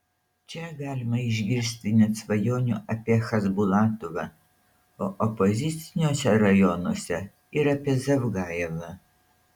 čia galima išgirsti net svajonių apie chasbulatovą o opoziciniuose rajonuose ir apie zavgajevą